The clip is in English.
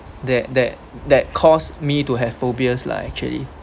that that that caused me to have phobias lah actually